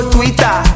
Twitter